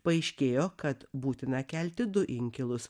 paaiškėjo kad būtina kelti du inkilus